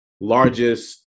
largest